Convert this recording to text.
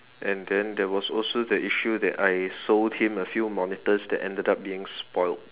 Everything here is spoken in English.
and then there was also the issue that I sold him a few monitors that ended up being spoiled